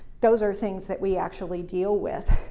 those are things that we actually deal with.